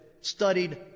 studied